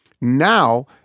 Now